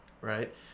Right